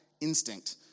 instinct